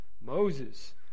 Moses